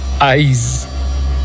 eyes